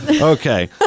okay